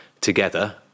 together